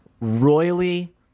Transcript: royally